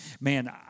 man